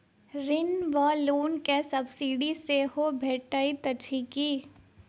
ऋण वा लोन केँ सब्सिडी सेहो भेटइत अछि की?